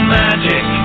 magic